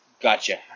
Gotcha